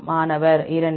மாணவர் 2